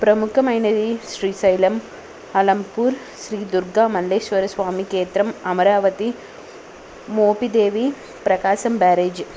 ప్రముఖమైనది శ్రీశైలం అలంపూర్ శ్రీ దుర్గా మల్లేశ్వర స్వామి క్షేత్రం అమరావతి మోపిదేవి ప్రకాశం బ్యారేజ్